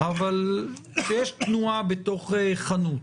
אבל יש תנועה בתוך חנות,